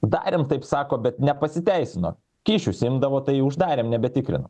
darėm taip sako bet nepasiteisino kyšius imdavo tai uždarėm nebetikrinam